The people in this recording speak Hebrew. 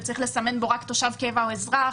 וצריך לסמן בו רק "תושב קבע" או "אזרח".